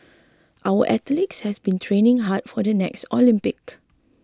our athletes have been training hard for the next Olympics